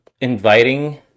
inviting